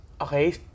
Okay